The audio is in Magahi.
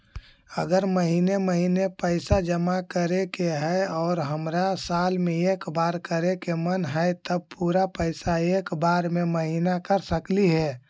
अगर महिने महिने पैसा जमा करे के है और हमरा साल में एक बार करे के मन हैं तब पुरा पैसा एक बार में महिना कर सकली हे?